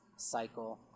Cycle